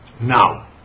Now